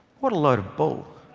what a load of bull.